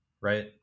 right